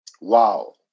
Wow